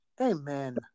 Amen